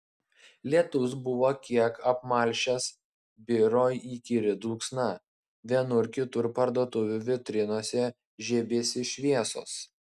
lietus buvo kiek apmalšęs biro įkyri dulksna vienur kitur parduotuvių vitrinose žiebėsi šviesos